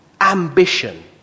Ambition